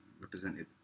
represented